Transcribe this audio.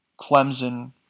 Clemson